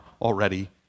already